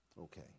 Okay